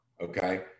okay